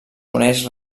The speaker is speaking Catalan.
coneix